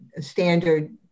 standard